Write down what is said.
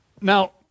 Now